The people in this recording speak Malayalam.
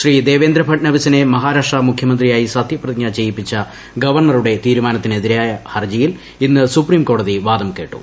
ശ്രീ ദേവേന്ദ്ര ഫഡ്നാവിസിനെ മഹാരാഷ്ട്ര മുഖ്യമന്ത്രിയായി സത്യപ്രതിജ്ഞ ചെയ്യിച്ച ഗവർണറുടെ തീരുമാനത്തിനെതിരായ ഹർജിയിൽ ഇന്ന് സുപ്രീം കോടതി വാദം കേട്ടു